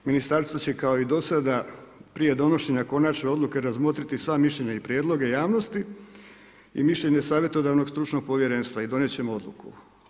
Ministarstvo će kao i dosada, prije donošenja konačne odluke, razmotriti sva mišljenja i prijedloga javnosti i mišljenje savjetodavnog stručnog povjerenstva i donijeti ćemo odluku.